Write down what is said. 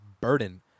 Burden